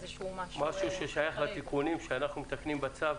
משהו ששייך לתיקונים שאנחנו מתקנים בצו,